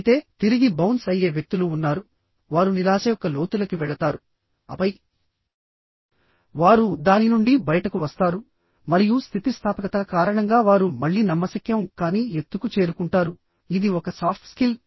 అయితే తిరిగి బౌన్స్ అయ్యే వ్యక్తులు ఉన్నారు వారు నిరాశ యొక్క లోతులకి వెళతారు ఆపైవారు దాని నుండి బయటకు వస్తారు మరియు స్థితిస్థాపకత కారణంగా వారు మళ్లీ నమ్మశక్యం కాని ఎత్తుకు చేరుకుంటారు ఇది ఒక సాఫ్ట్ స్కిల్